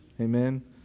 amen